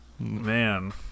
Man